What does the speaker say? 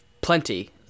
plenty